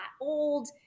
old